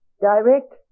direct